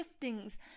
giftings